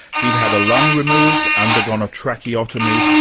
he'd had a lung removed, undergone a tracheotomy,